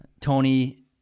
Tony